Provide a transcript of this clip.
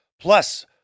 Plus